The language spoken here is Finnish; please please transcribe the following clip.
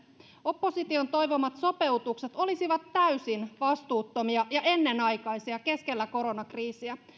opposition toivomat sopeutukset olisivat täysin vastuuttomia ja ennenaikaisia keskellä koronakriisiä